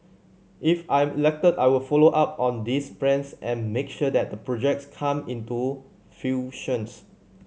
if I'm elected I will follow up on these plans and make sure that the projects come into fruition